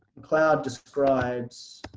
mcleod describes